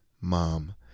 mom